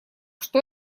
что